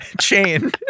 chain